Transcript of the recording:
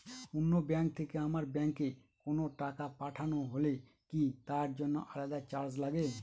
অন্য ব্যাংক থেকে আমার ব্যাংকে কোনো টাকা পাঠানো হলে কি তার জন্য আলাদা চার্জ লাগে?